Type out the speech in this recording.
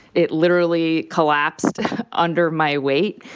it literally collapsed under my weight.